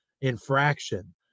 infraction